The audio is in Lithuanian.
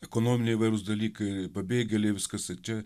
ekonominiai įvairūs dalykai pabėgėliai viskas čia